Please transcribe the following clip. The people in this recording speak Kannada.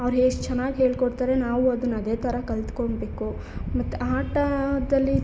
ಅವ್ರು ಎಷ್ಟ್ ಚೆನ್ನಾಗಿ ಹೇಳಿಕೊಡ್ತಾರೆ ನಾವೂ ಅದನ್ನು ಅದೇ ಥರ ಕಲ್ತ್ಕೊಬೇಕು ಮತ್ತು ಆಟದಲ್ಲಿ